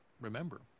remember